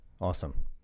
awesome